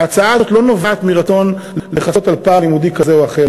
ההצעה הזאת לא נובעת מרצון לכסות על פער לימודי כזה או אחר.